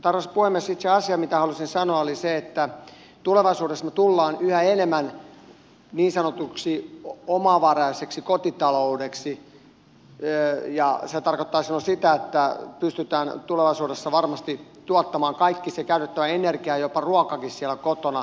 mutta arvoisa puhemies itse asia mitä halusin sanoa oli se että tulevaisuudessa me tulemme yhä enemmän niin sanotuksi omavaraiseksi kotitaloudeksi ja se tarkoittaa silloin sitä että pystytään tulevaisuudessa varmasti tuottamaan kaikki se käytettävä energia jopa ruokakin siellä kotona